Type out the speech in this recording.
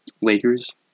Lakers